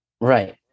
right